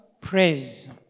praise